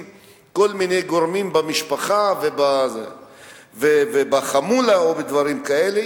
כל מיני גורמים במשפחה ובחמולה או דברים כאלה,